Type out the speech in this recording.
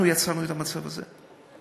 אנחנו יצרנו את המצב הזה?